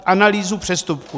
Analýzu přestupků.